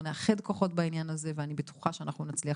אנחנו נאחד כוחות בעניין ואני בטוחה שאנחנו נצליח